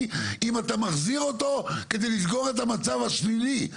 רק אם אתה מחזיר אותו כדי לסגור את המצב השלילי,